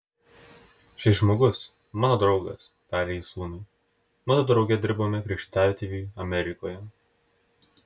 šis žmogus mano draugas tarė jis sūnui mudu drauge dirbome krikštatėviui amerikoje